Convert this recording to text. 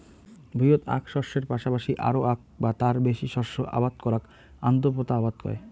ভুঁইয়ত আক শস্যের পাশাপাশি আরো আক বা তার বেশি শস্য আবাদ করাক আন্তঃপোতা আবাদ কয়